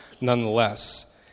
nonetheless